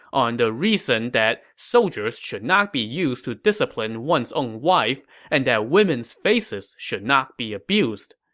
on the reason that soldiers should not be used to discipline one's own wife, and that women's faces should not be abused.